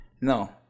No